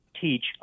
teach